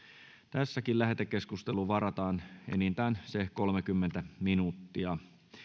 tässäkin lähetekeskusteluun varataan enintään kolmekymmentä minuuttia